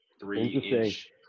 three-inch